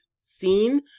seen